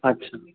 अच्छा